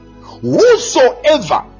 Whosoever